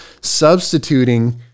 substituting